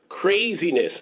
craziness